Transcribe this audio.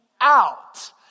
out